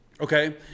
Okay